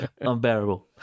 Unbearable